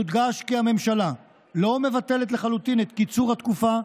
יודגש כי הממשלה לא מבטלת לחלוטין את קיצור התקופה,